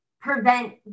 prevent